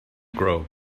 grow